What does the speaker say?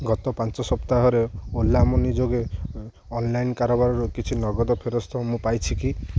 ଗତ ପାଞ୍ଚ ସପ୍ତାହରେ ଓଲା ମନି ଯୋଗେ ଅନଲାଇନ୍ କାରବାରରୁ କିଛି ନଗଦ ଫେରସ୍ତ ମୁଁ ପାଇଛି କି